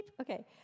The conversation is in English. Okay